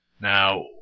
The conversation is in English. Now